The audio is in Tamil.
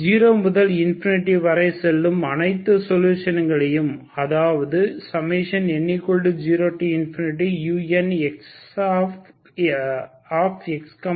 0 முதல் இன்ஃபினிட்டி வரை செல்லும் அனைத்து சொலுஷன்களையும் அதாவது n0unxtn0Ane n222L2t